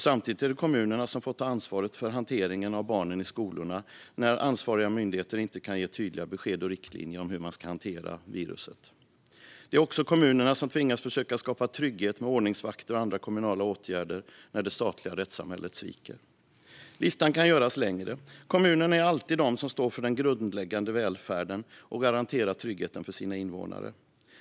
Samtidigt är det kommunerna som får ta ansvaret för hanteringen av barnen i skolorna när ansvariga myndigheter inte kan ge tydliga besked och riktlinjer för hur man ska hantera viruset. Det är också kommunerna som tvingas försöka skapa trygghet med ordningsvakter och andra kommunala åtgärder när det statliga rättssamhället sviker. Listan kan göras längre. Kommunerna är alltid de som står för den grundläggande välfärden och garanterar tryggheten för sina invånare.